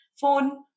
phone